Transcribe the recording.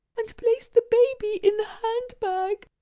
and placed the baby in the hand-bag.